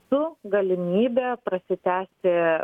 su galimybe prasitęsti